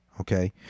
okay